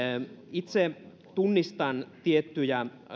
itse tunnistan tiettyjä